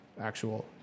actual